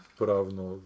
pravno